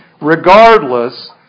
regardless